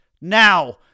Now